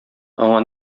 аңа